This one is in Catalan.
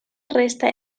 resta